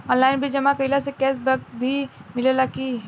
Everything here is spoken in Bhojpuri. आनलाइन बिल जमा कईला से कैश बक भी मिलेला की?